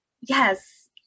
yes